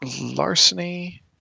Larceny